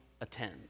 attend